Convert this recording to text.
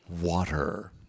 water